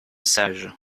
sage